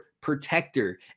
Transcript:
protector